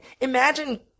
imagine